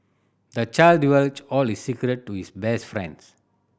the child divulged all his secret to his best friend